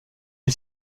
est